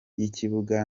y’ikibuga